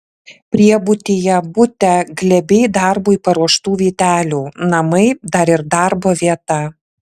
priebutyje bute glėbiai darbui paruoštų vytelių namai dar ir darbo vieta